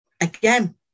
again